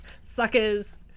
Suckers